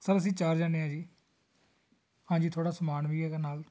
sir ਅਸੀਂ ਚਾਰ ਜਣੇ ਹਾਂ ਜੀ ਹਾਂਜੀ ਥੋੜ੍ਹਾ ਸਮਾਨ ਵੀ ਹੈਗਾ ਨਾਲ